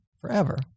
forever